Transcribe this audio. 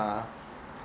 uh